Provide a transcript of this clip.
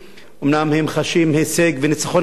אומנם הם חשים הישג וניצחון אדיר,